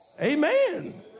Amen